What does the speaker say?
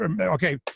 Okay